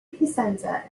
piacenza